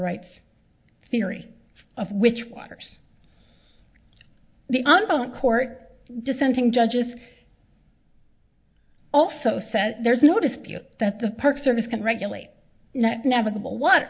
rights theory of which waters the ongoing court dissenting judges also said there's no dispute that the park service can regulate